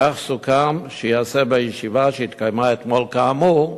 כך סוכם שייעשה בישיבה שהתקיימה אתמול, כאמור,